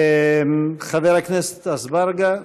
חבר הכנסת אזברגה,